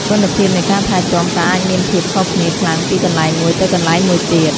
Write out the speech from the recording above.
គុណភាពនៃការថែទាំក៏អាចមានភាពខុសគ្នាខ្លាំងពីកន្លែងមួយទៅកន្លែងមួយទៀត។